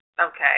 Okay